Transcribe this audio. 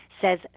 says